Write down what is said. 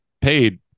paid